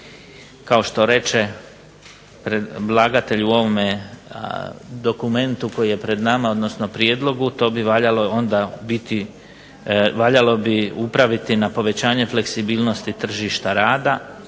kao što reče predlagatelj u ovom dokumentu koji je pred nama odnosno prijedlogu to bi valjalo upraviti na povećanje fleksibilnosti tržišta rada